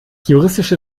juristische